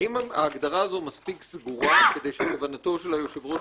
האם ההגדרה הזאת סגורה מספיק כדי שכוונתו של היושב-ראש